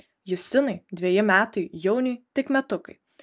justinui dveji metai jauniui tik metukai